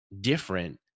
different